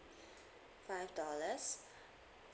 five dollars